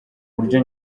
buryo